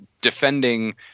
defending